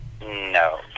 No